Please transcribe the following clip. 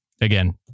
again